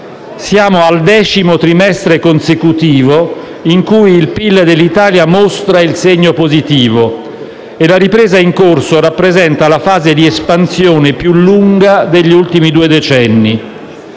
Siamo al decimo trimestre consecutivo in cui il PIL dell'Italia mostra il segno positivo e la ripresa in corso rappresenta la fase di espansione più lunga degli ultimi due decenni.